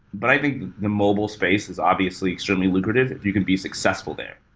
but i think the mobile space is obviously extremely lucrative. you could be successful there.